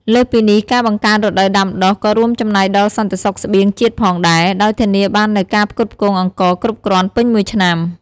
លើសពីនេះ ការបង្កើនរដូវដាំដុះក៏រួមចំណែកដល់សន្តិសុខស្បៀងជាតិផងដែរ ដោយធានាបាននូវការផ្គត់ផ្គង់អង្ករគ្រប់គ្រាន់ពេញមួយឆ្នាំ។